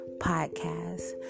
podcast